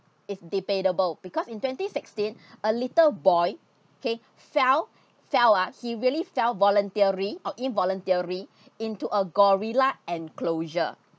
it's debatable because in twenty sixteen a little boy K fell fell ah he really fell voluntary or involuntary into a gorilla enclosure